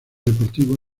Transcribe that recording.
deportivos